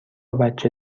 بچه